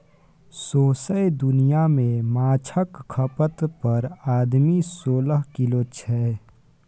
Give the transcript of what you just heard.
सौंसे दुनियाँ मे माछक खपत पर आदमी सोलह किलो छै